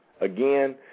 again